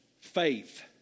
faith